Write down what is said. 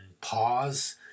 pause